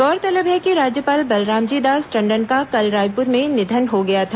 गौरतलब है कि राज्यपाल बलरामजी दास टंडन का कल रायपुर में निधन हो गया था